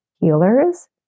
healers